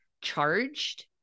charged